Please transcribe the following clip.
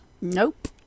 Nope